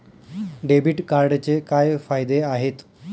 Debit कार्डचे काय फायदे आहेत?